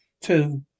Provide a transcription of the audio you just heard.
two